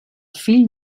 fill